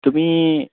তুমি